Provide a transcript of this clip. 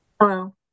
Hello